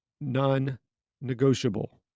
non-negotiable